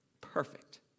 perfect